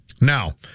now